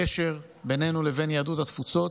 הקשר בינינו לבין יהדות התפוצות